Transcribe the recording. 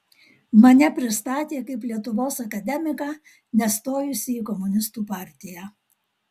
mane pristatė kaip lietuvos akademiką nestojusį į komunistų partiją